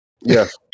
Yes